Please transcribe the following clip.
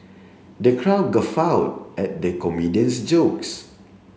the crowd guffawed at the comedian's jokes